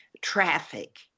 traffic